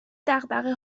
دغدغه